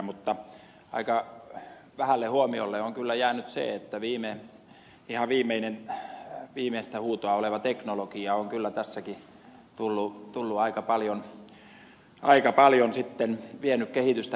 mutta aika vähälle huomiolle on jäänyt se että ihan viimeistä huutoa oleva teknologia on kyllä tässäkin vienyt aika paljon kehitystä eteenpäin